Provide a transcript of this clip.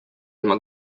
ilma